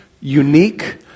unique